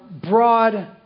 broad